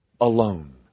alone